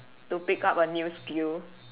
to pick up a new skill